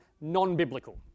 Non-biblical